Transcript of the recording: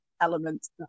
elements